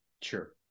Sure